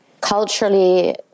culturally